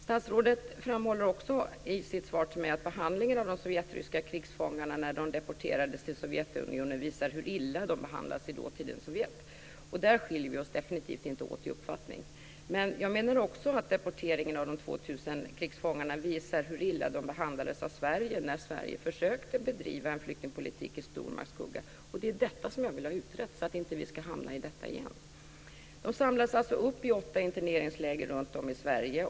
Statsrådet framhåller i sitt svar till mig att behandlingen av de sovjetryska fångarna, när dessa deporterades till Sovjetunionen, visar hur illa de behandlades i dåtidens Sovjet. Där skiljer vi oss definitivt inte åt i uppfattning. Jag menar också att deporteringen av de 2 000 krigsfångarna visar hur illa de behandlades av Sverige när Sverige försökte bedriva flyktingpolitik i stormaktsskugga. Det är detta som jag vill ha utrett för att vi inte återigen ska hamna i det. De här människorna samlades alltså upp i åtta interneringsläger runtom i Sverige.